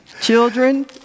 children